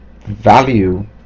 value